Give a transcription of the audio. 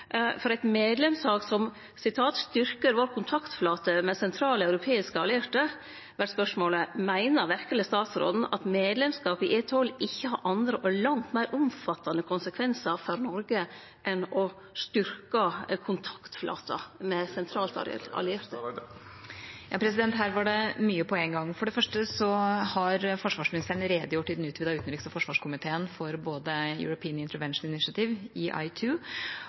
som ein medlemskap som «styrker vår kontaktflate med sentrale europeiske allierte», er spørsmålet: Meiner verkeleg statsråden at medlemskap i EI2 ikkje har andre og langt meir omfattande konsekvensar for Noreg enn å styrkje kontaktflata med sentrale europeiske allierte? Her var det mye på en gang. For det første har forsvarsministeren redegjort i den utvidete utenriks- og forsvarskomiteen for både